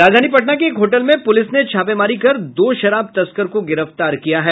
राजधानी पटना के एक होटल में पूलिस ने छापा मारकर दो शराब तस्कर को गिरफ्तार किया है